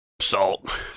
Salt